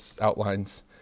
outlines